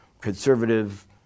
conservative